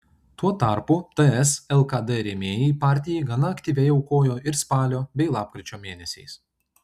tuo tarpu ts lkd rėmėjai partijai gana aktyviai aukojo ir spalio bei lapkričio mėnesiais